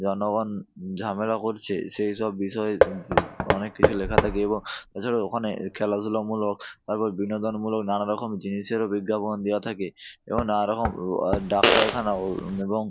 জনগণ ঝামেলা করছে সেই সব বিষয়ে যে অনেক কিছু লেখা থাকে এবং এছাড়াও ওখানে খেলাধুলামূলক তারপর বিনোদনমূলক নানা রকম জিনিসেরও বিজ্ঞাপন দেওয়া থাকে এবং নানা রকম ও ডাক্তারখানাও এবং